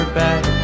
back